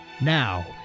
Now